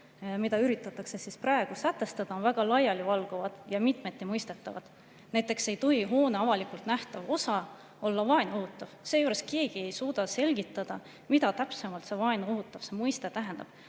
mida üritatakse praegu sätestada, on väga laialivalguvad ja mitmeti mõistetavad. Näiteks ei tohi hoone avalikult nähtav osa olla vaenu õhutav, seejuures keegi ei suuda selgitada, mida täpsemalt mõiste "vaenu õhutav" tähendab.